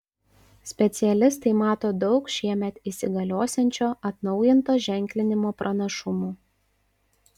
specialistai mato daug šiemet įsigaliosiančio atnaujinto ženklinimo pranašumų